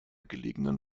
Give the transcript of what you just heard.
gelegenen